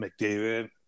McDavid